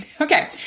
Okay